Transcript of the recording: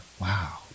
wow